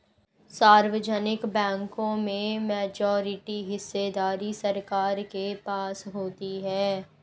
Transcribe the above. सार्वजनिक बैंकों में मेजॉरिटी हिस्सेदारी सरकार के पास होती है